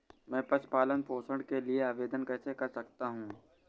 मैं पशु पालन पोषण के लिए आवेदन कैसे कर सकता हूँ?